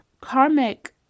karmic